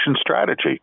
strategy